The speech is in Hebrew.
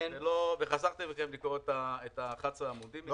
כי חסכתי מכם לקרוא את ה-11 עמודים.